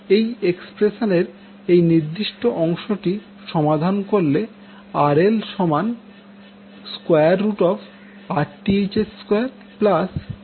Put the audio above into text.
এই এক্সপ্রেশনের এই নির্দিষ্ট অংশটি সমাধান করলে আমরা RL Rth2 Xth XL2 পাবো